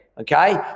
Okay